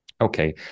Okay